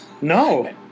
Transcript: No